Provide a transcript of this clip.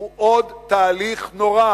הוא עוד תהליך נורא